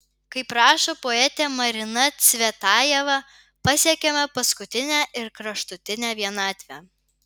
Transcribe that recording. kaip rašo poetė marina cvetajeva pasiekiame paskutinę ir kraštutinę vienatvę